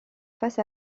face